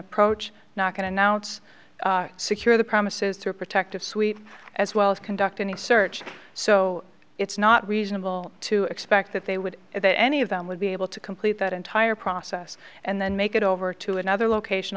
approach not going to now it's secure the premises to a protective sweep as well as conducting a search so it's not reasonable to expect that they would that any of them would be able to complete that entire process and then make it over to another location